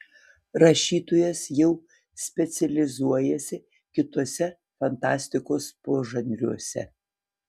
rašytojas jau specializuojasi kituose fantastikos požanriuose